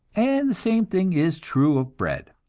and the same thing is true of bread.